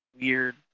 weird